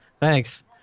Thanks